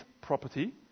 property